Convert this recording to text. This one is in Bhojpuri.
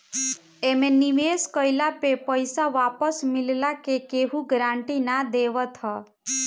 एमे निवेश कइला पे पईसा वापस मिलला के केहू गारंटी ना देवत हअ